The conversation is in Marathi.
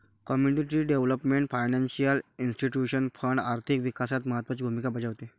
community development financial institution fund आर्थिक विकासात महत्त्वाची भूमिका बजावते